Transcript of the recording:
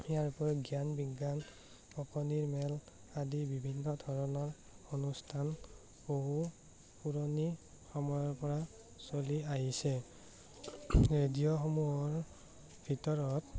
ইয়াৰ উপৰিও জ্ঞান বিজ্ঞান অকনিৰ মেল আদি বিভিন্ন ধৰণৰ অনুষ্ঠান বহু পুৰণি সময়ৰ পৰা চলি আহিছে ৰেডিঅ'সমূহৰ ভিতৰত